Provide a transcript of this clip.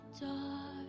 dark